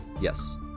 Yes